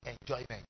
enjoyment